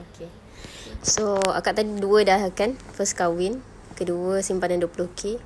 okay so akak kan dua sudah kan first kahwin kedua simpanan dua puluh K